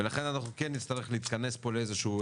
ולכן אנחנו כן נצטרך להתכנס פה לאיזו שהיא